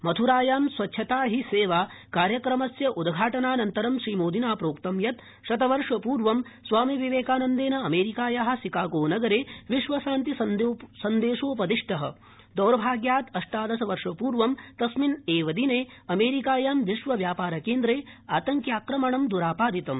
मथ्रायां स्वच्छता हि सेवा कार्यक्रमस्य उद्घाटनानन्तरं श्रीमोदिना प्रोक्त यत् शतवर्षपूर्वम् स्वामिविवेकानन्देन अमेरिकाया शिकागो नगरे विश्वशान्ति सन्देशोपदिष्ट दौर्भाग्यात् अष्टादशवर्षपूर्व तस्मिन् एव दिने अमेरिकायां विश्वव्यापारकेन्द्रे आतड़क्याक्रमं द्रापादितम्